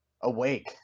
Awake